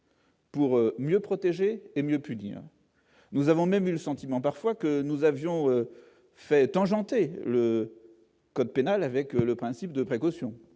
Pour mieux protégée et mieux punir, nous avons même eu le sentiment parfois que nous avions fait tangenter le code pénal avec le principe de précaution